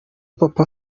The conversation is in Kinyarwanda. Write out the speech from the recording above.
papa